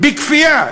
בכפייה.